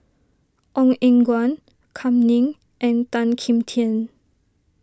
Ong Eng Guan Kam Ning and Tan Kim Tian